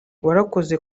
warakoze